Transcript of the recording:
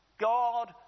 God